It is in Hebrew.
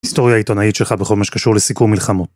היסטוריה עיתונאית שלך בכל מה שקשור לסיכום מלחמות.